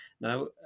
Now